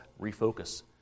refocus